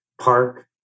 park